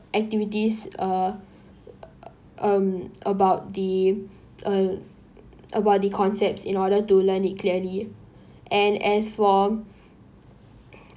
activities uh um about the uh about the concepts in order to learn it clearly and as for